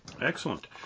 Excellent